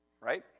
right